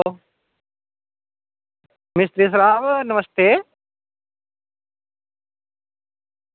नमस्ते साहब नमस्ते